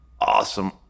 awesome